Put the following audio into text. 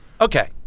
Okay